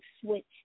switch